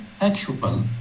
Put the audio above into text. actual